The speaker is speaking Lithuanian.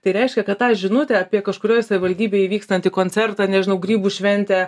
tai reiškia kad tą žinutę apie kažkurioj savivaldybėje vykstantį koncertą nežinau grybų šventę